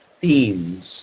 themes